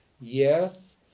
yes